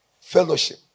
fellowship